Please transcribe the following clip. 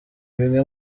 bimwe